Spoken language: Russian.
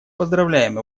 поздравляем